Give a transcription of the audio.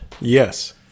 yes